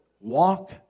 walk